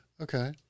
Okay